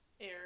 air